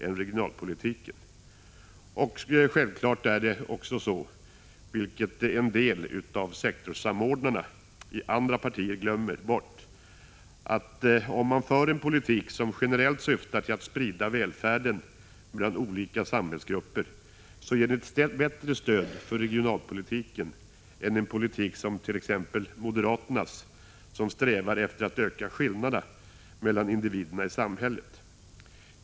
En politik som generellt syftar till att sprida välfärden mellan olika samhällsgrupper ger självfallet — vilket en del av sektorssamordnarna i andra partier glömmer bort — ett bättre stöd för regionalpolitiken än en politik som t.ex. moderaternas, som strävar efter att öka skillnaderna mellan individerna i samhället.